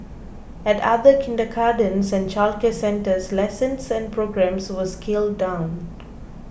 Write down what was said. at other kindergartens and childcare centres lessons and programmes were scaled down